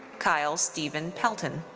kyle steven pelton.